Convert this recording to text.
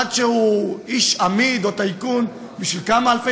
אחד שהוא איש אמיד או טייקון בשביל כמה אלפי